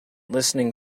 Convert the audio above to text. listening